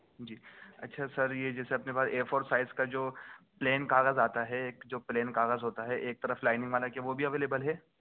جی اچھا سر یہ جیسے اپنے پاس اے فور سائز کا جو پلین کاغذ آتا ہے ایک جو پلین کاغذ ہوتا ہے ایک طرف لائننگ بنا کے وہ بھی اویلیبل ہے